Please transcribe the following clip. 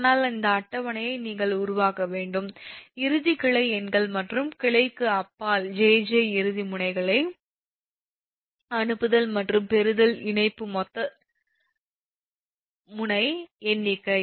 ஆனால் இந்த அட்டவணையை நீங்கள் உருவாக்க வேண்டும் இறுதி கிளை எண்கள் மற்றும் கிளைக்கு அப்பால் jj இறுதி முனைகளை அனுப்புதல் மற்றும் பெறுதல் இணைப்பு மொத்த முனை எண்ணிக்கை